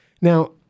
Now